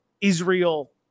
Israel